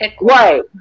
Right